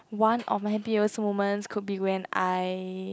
one of my happiest moments could be when I